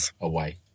away